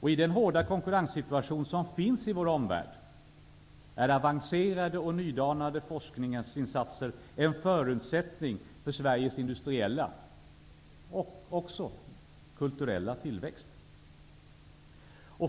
I den hårda konkurrenssituation som finns i vår omvärld är avancerad och nydanande forskning en förutsättning för Sveriges industriella men också kulturella tillväxt.